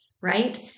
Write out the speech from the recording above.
right